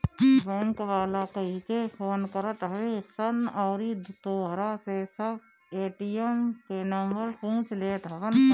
bank वाला कहिके phone करत हवे सन अउरी तोहरा से सब ए.टी.एम के नंबर पूछ लेत हवन सन